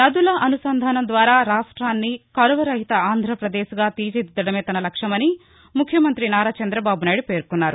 నదుల అనుసంధానం ద్వారా రాష్ట్రాన్ని కరవు రహిత ఆంధ్రప్రదేశ్గా తీర్చిదిద్దడమే తన లక్ష్యమని ముఖ్యమంతి నారా చంద్రబాబు నాయుడు పేర్కొన్నారు